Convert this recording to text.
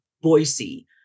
Boise